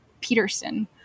Peterson